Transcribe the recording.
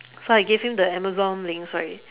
so I give him the Amazon links right